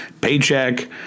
paycheck